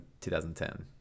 2010